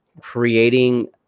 creating